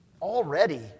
Already